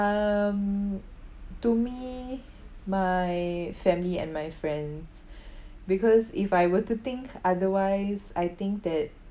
um to me my family and my friends because if I were to think otherwise I think that